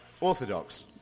orthodox